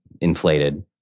inflated